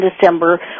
December